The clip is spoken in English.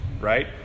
right